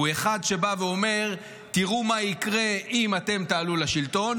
הוא אחד שבא ואומר: תראו מה יקרה אם אתם תעלו לשלטון,